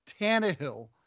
Tannehill